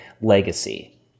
legacy